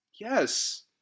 Yes